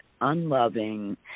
unloving